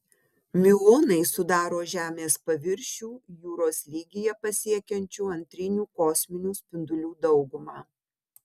miuonai sudaro žemės paviršių jūros lygyje pasiekiančių antrinių kosminių spindulių daugumą